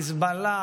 חיזבאללה,